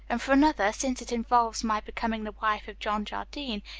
and for another, since it involves my becoming the wife of john jardine,